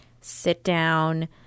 sit-down